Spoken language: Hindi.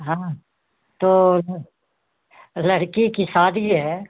हाँ तो लड़की की शादी है